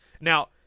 Now